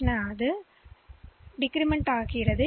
பின்னர் B ரெஜிஸ்டர்மதிப்பு ஆகிவிடும்